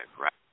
right